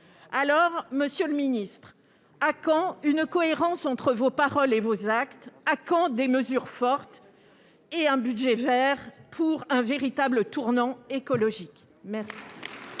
Alors, monsieur le ministre, à quand une cohérence entre vos paroles et vos actes ? À quand des mesures fortes et un budget vert pour un véritable tournant écologique ? La